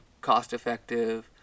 cost-effective